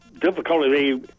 difficulty